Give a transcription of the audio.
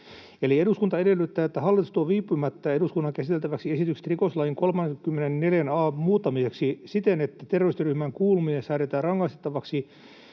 ”Eduskunta edellyttää, että hallitus tuo viipymättä eduskunnan käsiteltäväksi esityksen rikoslain 34 a luvun muuttamiseksi siten, että terroristiryhmään kuuluminen säädetään rangaistavaksi